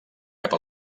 cap